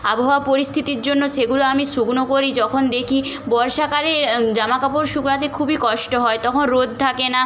আবহাওয়া পরিস্থিতির জন্য সেগুলো আমি শুকনো করি যখন দেখি বর্ষাকালে জামা কাপড় শুকাতে খুবই কষ্ট হয় তখন রোদ থাকে না